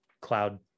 cloud